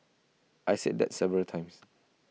I said that several times